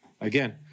Again